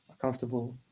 comfortable